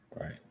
Right